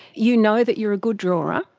you know that you're a good drawer. ah